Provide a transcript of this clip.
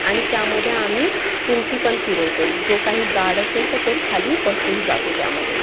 आणि त्यामध्ये आम्ही तुरटीपण फिरवतो जो काही गाळ असेल तर तो खाली बसून जातो त्यामध्ये